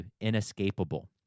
inescapable